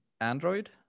Android